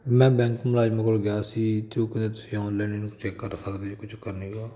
ਮੈਂ ਬੈਂਕ ਮੁਲਾਜ਼ਮ ਕੋਲ ਗਿਆ ਸੀ ਅਤੇ ਉਹ ਕਹਿੰਦੇ ਤੁਸੀਂ ਆਨਲਾਈਨ ਚੈੱਕ ਕਰ ਸਕਦੇ ਹੋ ਕੋਈ ਚੱਕਰ ਨੀਗਾ